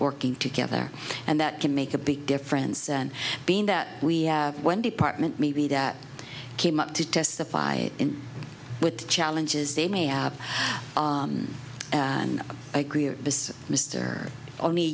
working together and that can make a big difference and being that we have one department maybe that came up to testify in the challenges they may have and agree or mr only